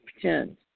pretend